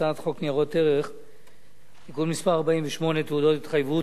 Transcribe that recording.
הצעת חוק ניירות ערך (תיקון מס' 48) (תעודות התחייבות),